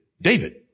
David